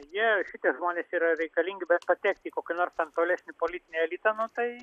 jie šitie žmonės yra reikalingi bet patekti į kokį nors ten tolesnį politinį elitą nu tai